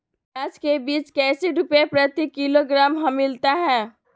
प्याज के बीज कैसे रुपए प्रति किलोग्राम हमिलता हैं?